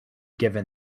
given